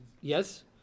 Yes